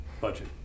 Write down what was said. budget